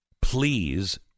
Please